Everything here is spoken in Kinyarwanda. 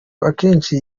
akenshi